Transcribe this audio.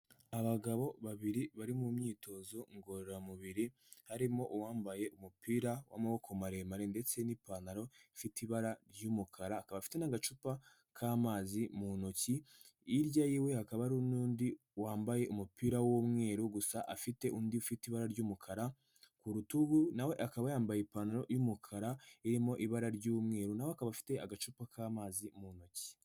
Abagabo babiri bari mu myitozo ngororamubiri, harimo uwambaye umupira w'amaboko maremare ndetse n'ipantaro ifite ibara ry'umukara n'agacupa k'amazi mu ntoki, hirya yiwe hakaba hari n'undi wambaye umupira w'umweru gusa afite undi ufite ibara ry'umukara ku rutugu, na we akaba yambaye ipantaro y'umukara irimo ibara ry'umweru, na we akaba afite agacupa k'amazi mu ntoki.